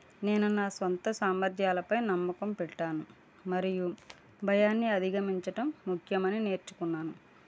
నేను నా సొంత సామర్థ్యాలపై నమ్మకం పెట్టాను మరియు భయాన్ని అధిగమించడం ముఖ్యం అని నేర్చుకున్నాను